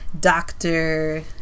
doctor